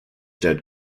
dead